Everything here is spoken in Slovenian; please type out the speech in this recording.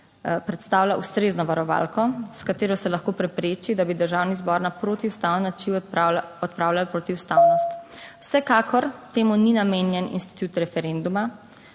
predstavlja ustrezno varovalko, s katero se lahko prepreči, da bi državni zbor na protiustaven način odpravljal protiustavnost. Vsekakor temu ni namenjen institut referenduma.